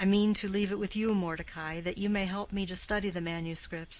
i mean to leave it with you, mordecai, that you may help me to study the manuscripts.